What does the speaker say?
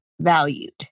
valued